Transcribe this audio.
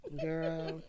Girl